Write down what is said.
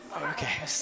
okay